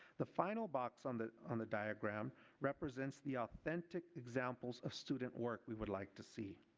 the final box on the on the diagram represents the authentic examples of student work we would like to see.